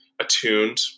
attuned